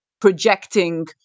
projecting